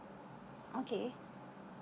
okay